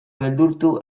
beldurtu